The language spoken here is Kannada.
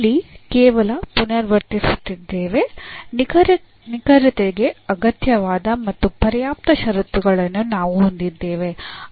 ಇಲ್ಲಿ ಕೇವಲ ಪುನರಾವರ್ತಿಸುತ್ತಿದ್ದೇವೆ ನಿಖರತೆಗೆ ಅಗತ್ಯವಾದ ಮತ್ತು ಪರ್ಯಾಪ್ತ ಷರತ್ತುಗಳನ್ನು ನಾವು ಹೊಂದಿದ್ದೇವೆ